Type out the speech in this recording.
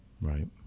Right